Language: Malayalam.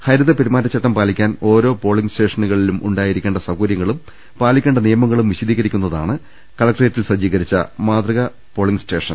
ഹരിത പെരുമാറ്റച്ചട്ടം പാലിക്കാൻ ഓരോ പോളിംഗ് സ്റ്റേഷനുകളിലും ഉണ്ടായിരിക്കേണ്ട സൌകര്യങ്ങളും പാലിക്കേണ്ട നിയമങ്ങളും വിശദീകരിക്കുന്നതാണ് കലക്ടറേറ്റിൽ സജ്ജീകരിച്ചിരിക്കുന്ന മാതൃകാ പോളിംഗ് സ്റ്റേഷൻ